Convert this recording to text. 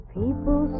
people